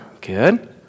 good